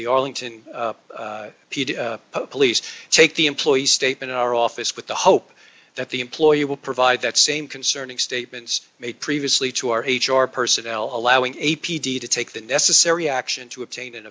the arlington p d police take the employees statement in our office with the hope that the employer will provide that same concerning statements made previously to our h r personnel allowing a p d to take the necessary action to obtain an